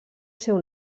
seu